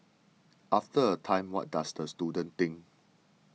after a time what does the student think